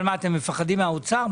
אתם מפחדים מהאוצר?